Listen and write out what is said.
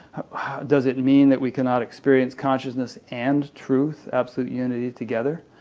does it mean that we cannot experience consciousness and truth, absolute unity, together?